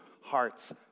hearts